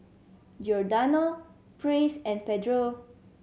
Giordano Praise and Pedro